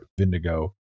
Vindigo